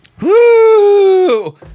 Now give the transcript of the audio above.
Woo